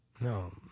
No